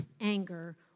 anger